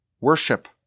worship